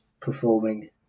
performing